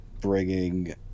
bringing